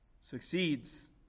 succeeds